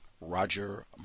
Roger